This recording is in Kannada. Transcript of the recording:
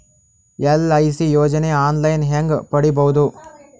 ಎಲ್.ಐ.ಸಿ ಯೋಜನೆ ಆನ್ ಲೈನ್ ಹೇಂಗ ಪಡಿಬಹುದು?